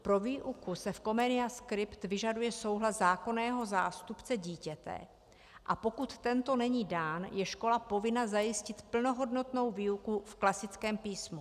Pro výuku se v Comenia Script vyžaduje souhlas zákonného zástupce dítěte, a pokud tento není dán, je škola povinna zajistit plnohodnotnou výuku v klasickém písmu.